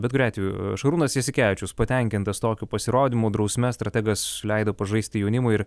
bet kuriuo atveju šarūnas jasikevičius patenkintas tokiu pasirodymu drausme strategas leido pažaisti jaunimui ir